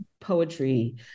poetry